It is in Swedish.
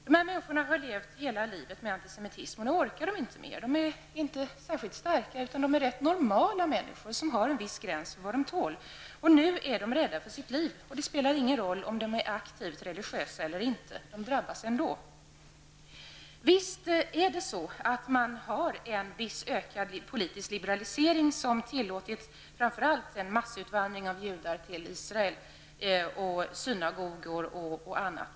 Dessa människor har levt hela livet med antisemitism, och nu orkar de inte mer. De är inte särskilt starka, utan de är rätt normala människor, som har en viss gräns för vad de tål. Nu är de rädda för sitt liv. Det spelar ingen roll om de är aktivt religiösa eller inte -- de drabbas under alla förhållanden. Visst är det så att det har blivit en viss ökad politisk liberalisering. Bl.a. har man tillåtit en massutvandring av judar till Israel, och man tillåter synagogor och annat.